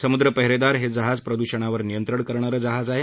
समुद्र पेहेरेदार हे जहाज प्रदुषणावर नियंत्रण करणारे जहाज आहे